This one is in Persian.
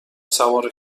سوار